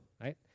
right